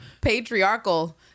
patriarchal